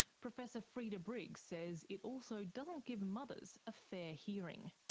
professor freda briggs says it also doesn't give mothers a fair hearing.